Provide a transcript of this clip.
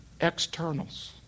externals